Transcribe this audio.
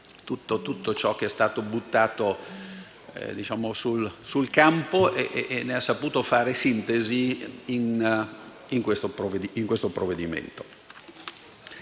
tutto ciò che è stato buttato sul campo e ne ha saputo fare una sintesi in questo provvedimento.